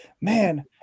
Man